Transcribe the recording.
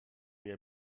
wir